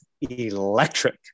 electric